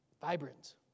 vibrant